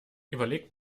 überlegt